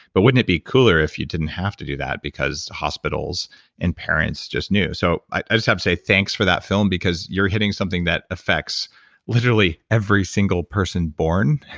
but wouldn't it be cooler if you didn't have to do that because hospitals and parents just knew? so i just have to say thanks for that film, because you're hitting something that affects literally every single person born.